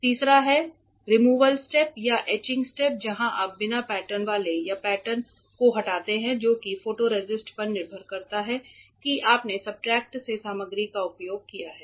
तीसरा है removal step या एचिंग स्टेप जहाँ आप बिना पैटर्न वाले या पैटर्न को हटाते हैं जो कि फोटोरेसिस्ट पर निर्भर करता है कि आपने सब्सट्रेट से सामग्री का उपयोग किया है